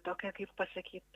tokia kaip pasakyt